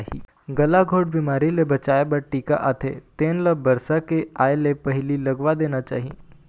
गलाघोंट बिमारी ले बचाए बर टीका आथे तेन ल बरसा के आए ले पहिली लगवा देना चाही